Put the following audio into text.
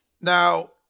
Now